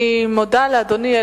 אני מודה לאדוני,